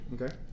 okay